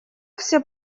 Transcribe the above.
все